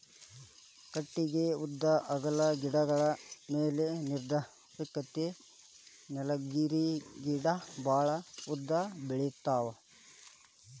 ಕಟಗಿ ಉದ್ದಾ ಅಗಲಾ ಗಿಡಗೋಳ ಮ್ಯಾಲ ನಿರ್ಧಾರಕ್ಕತಿ ನೇಲಗಿರಿ ಗಿಡಾ ಬಾಳ ಉದ್ದ ಬೆಳಿತಾವ